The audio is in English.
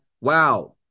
wow